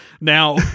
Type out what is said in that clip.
now